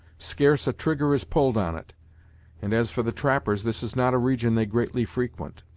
scarce a trigger is pulled on it and as for the trappers, this is not a region they greatly frequent.